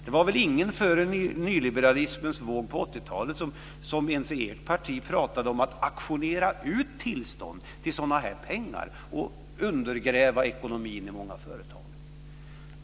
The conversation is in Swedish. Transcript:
Det var väl ingen före nyliberalismens våg på 80-talet ens i ert parti som pratade om att auktionera ut tillstånd till sådana här pengar och undergräva ekonomin i många företag.